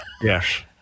Yes